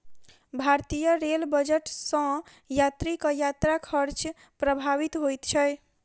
भारतीय रेल बजट सॅ यात्रीक यात्रा खर्च प्रभावित होइत छै